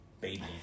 baby